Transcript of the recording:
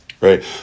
Right